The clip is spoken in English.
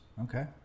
Okay